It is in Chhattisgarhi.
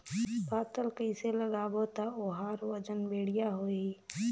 पातल कइसे लगाबो ता ओहार वजन बेडिया आही?